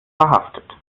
verhaftet